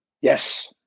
Yes